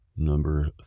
Number